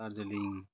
Darjeeling